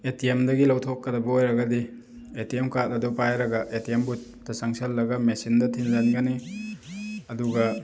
ꯑꯦ T ꯑꯦꯝꯗꯒꯤ ꯂꯧꯊꯣꯛꯀꯗꯕ ꯑꯣꯏꯔꯒꯗꯤ ꯑꯦ ꯇꯤ ꯑꯦꯝ ꯀꯥꯔꯠ ꯑꯗꯨ ꯄꯥꯏꯔꯒ ꯑꯦ ꯇꯤ ꯑꯦꯝ ꯕꯨꯠꯇ ꯆꯪꯁꯜꯂꯒ ꯃꯦꯆꯤꯟꯗ ꯊꯤꯡꯖꯟꯒꯅꯤ ꯑꯗꯨꯒ